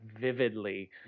vividly